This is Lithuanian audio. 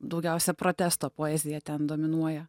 daugiausia protesto poezija ten dominuoja